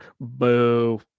Boo